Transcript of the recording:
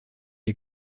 est